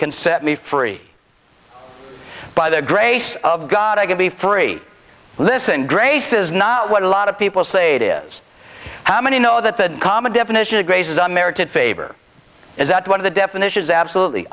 can set me free by the grace of god i can be free listen grace is not what a lot of people say it is how many know that the common definition of grace is a merited favor is that one of the definitions absolutely